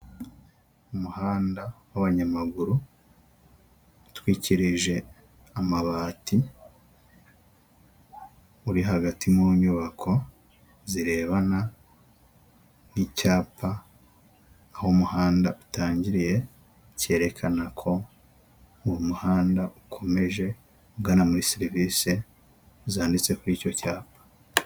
Umuhanda w'abanyamaguru utwikirije amabati uri hagati mu nyubako zirebana, n'icyapa aho umuhanda utangiriye cyerekana ko uwo muhanda ukomeje ugana muri serivisi zanditse kuri icyo cyapa.